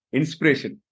inspiration